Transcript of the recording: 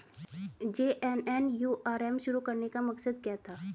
JNNURM शुरू करने का मकसद क्या था?